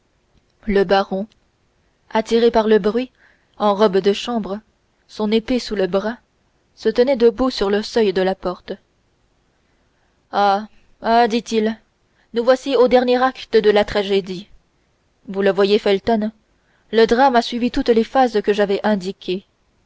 le baron attiré par le bruit en robe de chambre son épée sous le bras se tenait debout sur le seuil de la porte ah ah dit-il nous voici au dernier acte de la tragédie vous le voyez felton le drame a suivi toutes les phases que j'avais indiquées